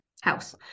house